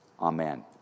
amen